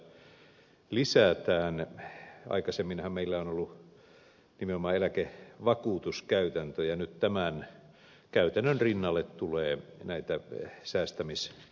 aikaisemminhan meillä on ollut nimenomaan eläkevakuutuskäytäntö ja nyt tämän käytännön rinnalle tulee näitä säästämismuotoja